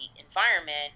environment